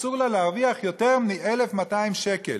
אסור לה להרוויח יותר מ-1,200 שקל.